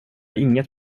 inget